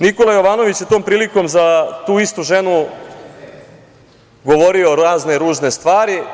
Nikola Jovanović je tom prilikom za tu istu ženu govorio razne ružne stvari.